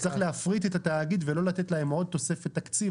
צריך להפריט את התאגיד ולא לתת להם עוד תוספת תקציב